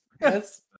yes